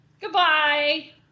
Goodbye